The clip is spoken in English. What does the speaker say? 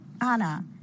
Anna